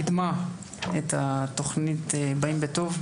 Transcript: קידמה את התוכנית "באים בטוב",